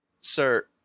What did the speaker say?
sir